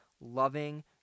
loving